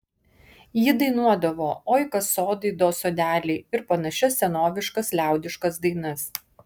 ji dainuodavo oi kas sodai do sodeliai ir panašias senoviškas liaudiškas dainas